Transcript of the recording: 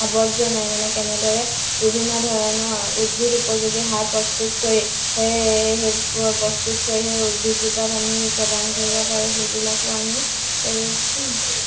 আৱৰ্জনাই মানে কেনেদৰে বিভিন্ন ধৰণৰ উদ্ভিদ উপযোগী সাৰ প্ৰস্তুত কৰি সেই প্ৰস্তুত কৰি সেই উদ্ভিদজোপাত আমি প্ৰদান কৰিব পাৰোঁ সেইবিলাকো আমি কৰোঁ